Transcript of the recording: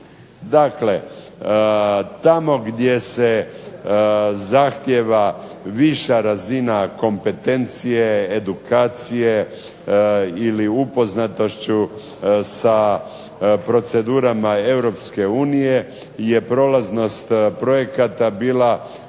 Dakle, tamo gdje se zahtjeva viša razina kompetencije, edukacije ili upoznatošću sa procedurama EU je prolaznost projekata bila